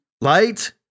light